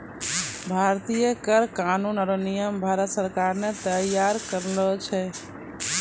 भारतीय कर कानून आरो नियम भारत सरकार ने तैयार करलो छै